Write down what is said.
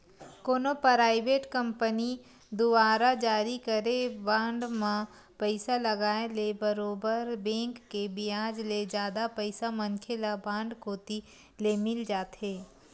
कोनो private company दुवारा जारी करे बांड म पइसा लगाय ले बरोबर बेंक के बियाज ले जादा पइसा मनखे ल बांड कोती ले मिल जाथे